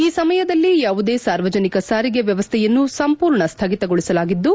ಈ ಸಮಯದಲ್ಲಿ ಯಾವುದೇ ಸಾರ್ವಜನಿಕ ಸಾರಿಗೆ ವ್ಯವಸ್ಥೆಯನ್ನು ಸಂಪೂರ್ಣ ಸ್ಥಗಿತಗೊಳಸಲಾಗಿದ್ದು